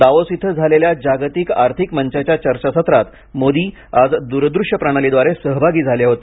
Davos इथं झालेल्या जागतिक आर्थिक मंचाच्या चर्चासत्रात मोदी आज दूरदृश्य प्रणालीद्वारे सहभागी झाले होते